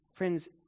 Friends